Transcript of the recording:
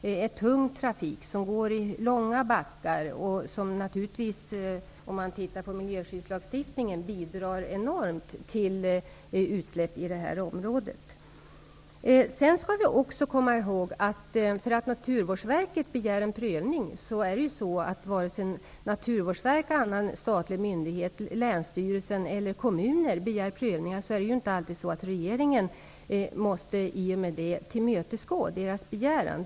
Det handlar om tung trafik och långa backar. Sett till miljöskyddslagstiftningen bidrar denna trafik till enorma utsläpp i området. Såväl Naturvårdsverket eller någon annan statlig myndighet som länsstyrelsen eller en kommun kan begära en prövning. Men för den skull är det inte alltid så att regeringen därmed måste tillmötesgå framställd begäran.